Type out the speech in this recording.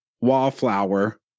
wallflower